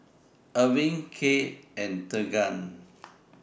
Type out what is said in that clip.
Ervin Cade and Tegan